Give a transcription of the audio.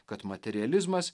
kad materializmas